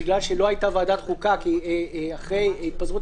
בגלל שלא הייתה ועדת החוקה אחרי התפזרות